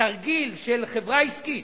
תרגיל של חברה עסקית